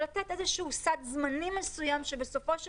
אבל לתת איזשהו סד זמנים מסוים שבסופו של